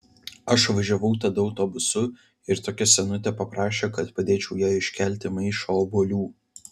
aš važiavau tada autobusu ir tokia senutė paprašė kad padėčiau jai iškelti maišą obuolių